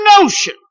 notion